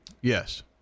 Yes